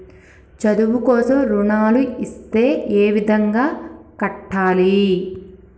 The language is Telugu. చదువు కోసం రుణాలు ఇస్తే ఏ విధంగా కట్టాలి?